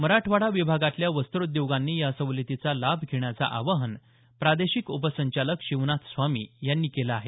मराठवाडा विभागतल्या वस्त्रोद्यागांनी या सवलतीचा लाभ घेण्याचं आवाहन प्रादेशिक उप संचालक शिवनाथ स्वामी यांनी केलं आहे